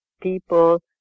people